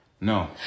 No